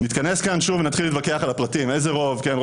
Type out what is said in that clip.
נתכנס כאן שוב ונתחיל להתווכח על הפרטים: איזה רוב כן,